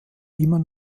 immer